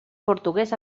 portuguès